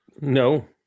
no